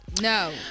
No